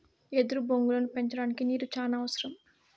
ఎదురు బొంగులను పెంచడానికి నీరు చానా అవసరం